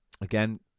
again